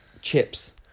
Chips